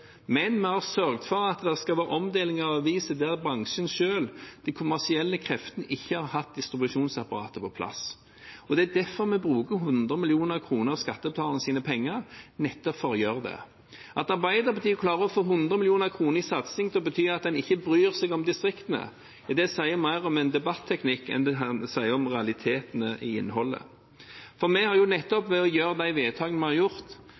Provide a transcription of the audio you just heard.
men vi har sørget for at det skal være omdeling av aviser der bransjen selv, de kommersielle kreftene, ikke har hatt distribusjonsapparatet på plass. Det er derfor vi bruker 100 mill. kr av skattebetalernes penger for å gjøre nettopp det. At Arbeiderpartiet klarer å få 100 mill. kr i satsing til å bety at en ikke bryr seg om distriktene, sier mer om en debatteknikk enn det sier om realitetene i innholdet, for vi har jo nettopp ved å gjøre de vedtakene vi har gjort,